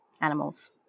animals